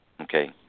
Okay